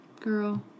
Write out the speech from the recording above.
girl